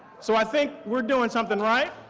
so i think we're doing something right.